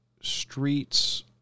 streets